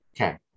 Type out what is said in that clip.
okay